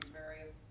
various